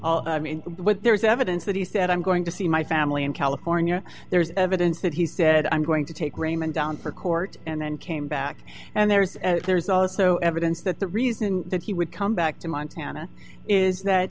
that i mean what there is evidence that he said i'm going to see my family in california there's evidence that he said i'm going to take raymond down for court and then came back and there's there's also evidence that the reason that he would come back to montana is that